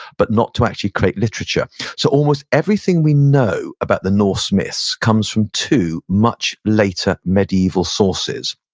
but not to actually create literature so almost everything we know about the norse myths comes from two much later medieval sources.